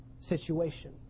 situation